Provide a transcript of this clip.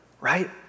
right